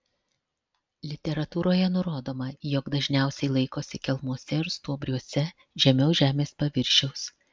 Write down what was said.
literatūroje nurodoma jog dažniausiai laikosi kelmuose ir stuobriuose žemiau žemės paviršiaus